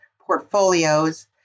portfolios